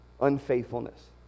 unfaithfulness